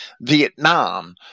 Vietnam